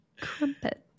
Crumpets